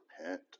repent